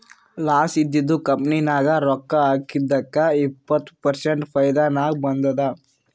loss ಇದ್ದಿದು company ನಾಗ್ ರೊಕ್ಕಾ ಹಾಕಿದ್ದುಕ್ ಇಪ್ಪತ್ ಪರ್ಸೆಂಟ್ ಫೈದಾ ನಾಗ್ ಬಂದುದ್